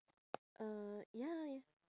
uh ya